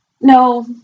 no